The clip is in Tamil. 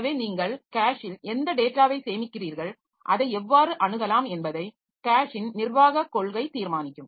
எனவே நீங்கள் கேஷில் எந்தத் டேட்டாவைச் சேமிக்கிறீர்கள் அதை எவ்வாறு அணுகலாம் என்பதை கேஷின் நிர்வாகக் கொள்கை தீர்மானிக்கும்